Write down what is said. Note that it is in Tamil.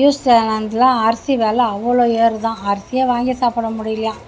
லூஸ்சில் வந்தெலாம் அரிசி விலை அவ்வளோ ஏறுதான் அரிசியே வாங்கி சாப்பிட முடியலியாம்